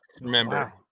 Remember